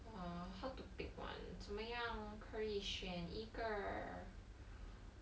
err how to pick one 怎么样可以选一个